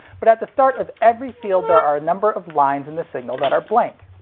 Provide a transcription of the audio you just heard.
but at the start of every field there are a number of lines in the signal that are blank.